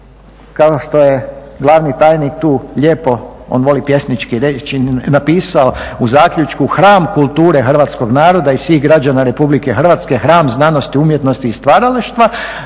kao što je glavni tajnik tu lijepo, on voli pjesnički reći napisao u zaključku "Hram kulture Hrvatskog naroda i svih građana Republike Hrvatske, hram znanosti, umjetnosti i stvaralaštva".